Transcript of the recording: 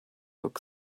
book